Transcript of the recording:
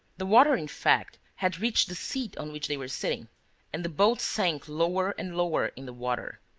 the water, in fact, had reached the seat on which they were sitting and the boat sank lower and lower in the water.